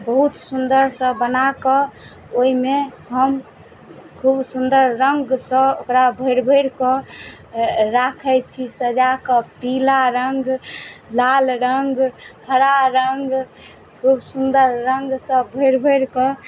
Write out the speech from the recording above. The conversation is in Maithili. बहुत सुन्दरसँ बनाकऽ ओइमे हम खूब सुन्दर रङ्गसँ ओकरा भरि भरि कऽ राखय छी सजाकऽ पीला रङ्ग लाल रङ्ग हरा रङ्ग खूब सुन्दर रङ्गसँ भरि भरि कऽ